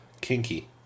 Kinky